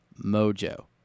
Mojo